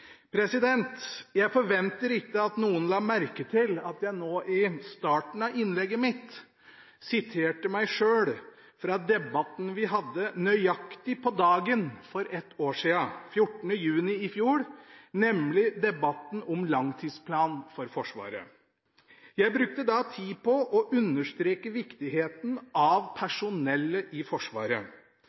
Jeg forventer ikke at noen la merke til at jeg nå i starten av innlegget mitt siterte meg selv fra debatten vi hadde nøyaktig på dagen for ett år siden, 14. juni i fjor, nemlig debatten om langtidsplan for Forsvaret. Jeg brukte da tid på å understreke viktigheten av personellet i Forsvaret.